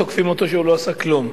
תוקפים אותו שהוא לא עשה כלום,